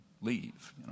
leave